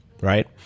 Right